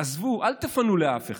עזבו, אל תְפַנו לאף אחד.